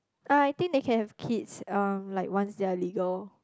ah I think they can have kids uh like once they are legal